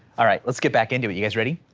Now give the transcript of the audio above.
all right, let's get back into it, you guys ready?